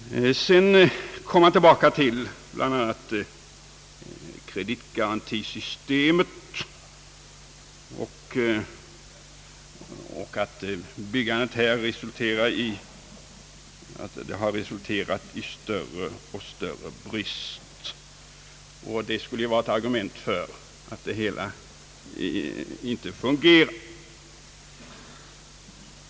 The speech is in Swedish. Vidare kom herr Kaijser tillbaka till kreditgarantisystemet och till påståendet att byggandet har resulterat i större och större brist, vilket skulle vara ett argument för att systemet inte fungerar.